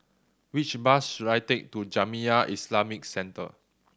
which bus should I take to Jamiyah Islamic Centre